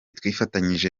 twifatanyije